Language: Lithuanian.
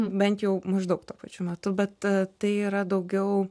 bent jau maždaug tuo pačiu metu bet tai yra daugiau